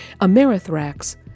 Amerithrax